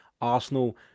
Arsenal